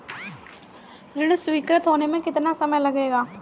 ऋण स्वीकृत होने में कितना समय लगेगा?